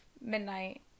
midnight